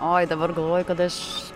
oi dabar galvoju kada aš